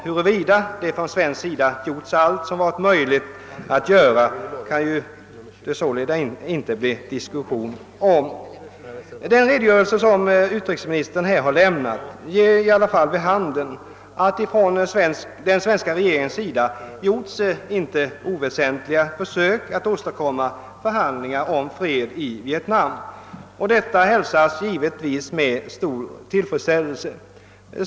Huruvida det från svensk sida gjorts allt som varit möjligt att göra kan det sålunda inte bli någon diskussion om. Den redogörelse som utrikesministern här lämnat ger i alla fall vid handen, att den svenska regeringen gjort inte oväsentliga försök att åstadkomma förhandlingar om fred i Vietnam. Detta hälsas givetvis med stor tillfredsställelse.